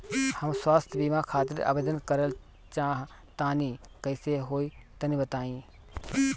हम स्वास्थ बीमा खातिर आवेदन करल चाह तानि कइसे होई तनि बताईं?